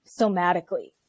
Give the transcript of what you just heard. somatically